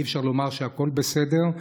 אי-אפשר לומר שהכול בסדר,